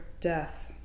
death